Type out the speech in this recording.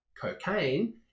cocaine